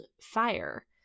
fire